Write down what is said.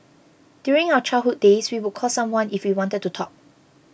during our childhood days we would call someone if we wanted to talk